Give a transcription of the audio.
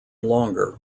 longer